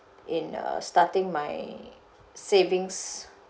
in uh starting my savings